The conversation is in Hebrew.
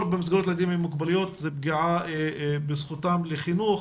זו פגיעה בזכותם לחינוך